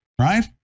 right